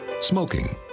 Smoking